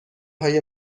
های